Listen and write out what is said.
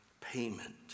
payment